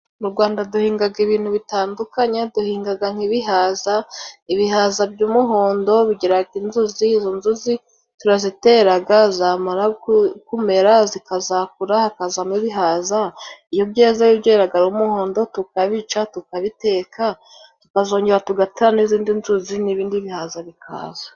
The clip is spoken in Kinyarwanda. Mu Rwanda duhingaga ibintu bitandukanye, duhingaga nk'ibihaza ibihaza by'umuhondo bigiraga inzuzi, izo nzuzi turaziteraga zamara gu kumere zikazakura hakazamo ibihaza, iyo byeze byeraga ari umuhondo tukabica tukabiteka tukazongera tugatera n'izindi nzuzi n'ibindi bihaza bikaza.